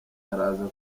araza